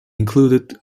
included